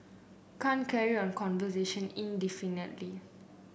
can't carry on conversation indefinitely